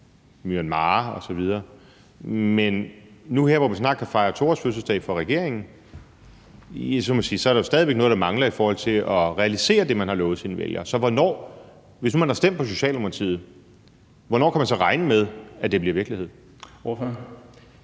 Myanmar osv. Men nu her, hvor vi snart kan fejre 2-årsfødselsdag for regeringen, ja, så må jeg sige, at der jo stadig væk er noget, der mangler i forhold til at realisere det, man har lovet sine vælgere. Så hvis nu man har stemt på Socialdemokratiet, hvornår kan man så regne med, at det bliver virkelighed? Kl.